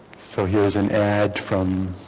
so here's an ad from